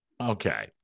Okay